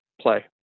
play